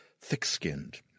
thick-skinned